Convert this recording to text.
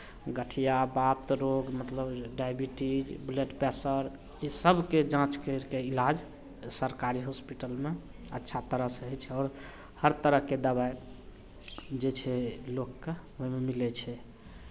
गठिया वात रोग मतलब डायबिटीज ब्लड प्रेशर इसभके जाँच करि कऽ इलाज सरकारी हॉस्पिटलमे अच्छा तरहसँ होइ छै आओर हर तरहके दबाइ जे छै लोककेँ ओहिमे मिलै छै